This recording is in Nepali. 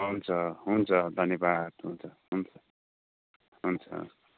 हुन्छ हुन्छ धन्यवाद हुन्छ हुन्छ